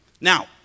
Now